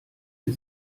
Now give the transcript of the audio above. sie